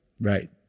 Right